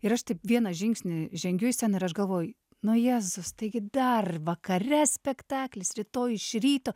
ir aš taip vieną žingsnį žengiu į sceną ir aš galvoju nu jėzus taigi dar vakare spektaklis rytoj iš ryto